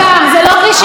רוזין.